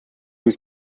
was